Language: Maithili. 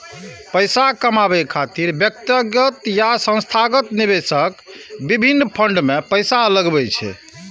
पैसा कमाबै खातिर व्यक्तिगत आ संस्थागत निवेशक विभिन्न फंड मे पैसा लगबै छै